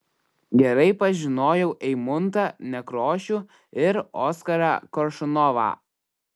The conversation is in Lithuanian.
gerai pažinojau eimuntą nekrošių ir oskarą koršunovą